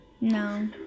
No